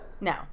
No